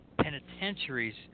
penitentiaries